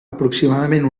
aproximadament